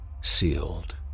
sealed